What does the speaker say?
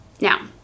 Now